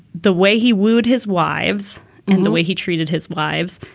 the way he wooed his wives and the way he treated his wives,